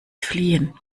fliehen